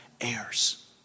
heirs